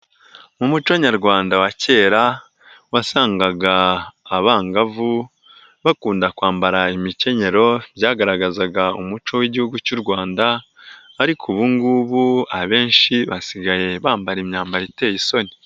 Mu muco nyarwanda wa kera wasangaga abangavu bakunda kwambara imikenyero, byagaragazaga umuco w'Igihugu cy'u Rwanda, ariko ubu ngubu abenshi basigaye bambara imyambaro iteye isoni.